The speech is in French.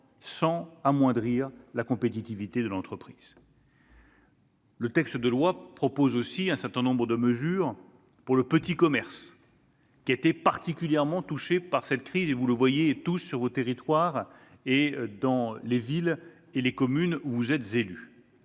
sans amoindrir la compétitivité de l'entreprise. Le texte de loi propose aussi un certain nombre de mesures pour le petit commerce, qui a été particulièrement touché par cette crise ; vous le constatez tous sur le territoire et dans les communes dont vous êtes les